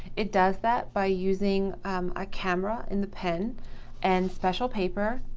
it does that by using a camera in the pen and special paper.